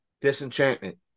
Disenchantment